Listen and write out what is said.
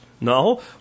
No